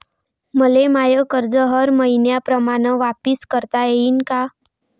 मले माय कर्ज हर मईन्याप्रमाणं वापिस करता येईन का?